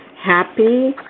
happy